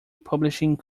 publishing